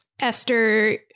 Esther